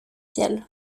ciels